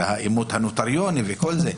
האימות הנוטריוני וכל זה.